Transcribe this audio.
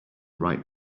right